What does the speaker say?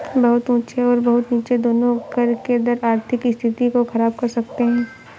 बहुत ऊँचे और बहुत नीचे दोनों कर के दर आर्थिक स्थिति को ख़राब कर सकते हैं